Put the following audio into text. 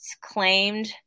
claimed